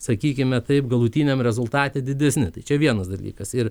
sakykime taip galutiniam rezultate didesni tai čia vienas dalykas ir